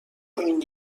این